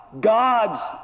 God's